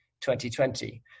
2020